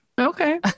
okay